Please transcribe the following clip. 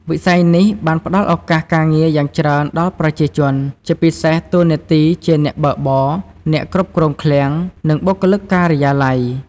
វិស័យនេះបានផ្តល់ឱកាសការងារយ៉ាងច្រើនដល់ប្រជាជន ជាពិសេសតួនាទីជាអ្នកបើកបរ អ្នកគ្រប់គ្រងឃ្លាំង និងបុគ្គលិកការិយាល័យ។